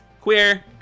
Queer